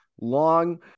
long